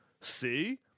see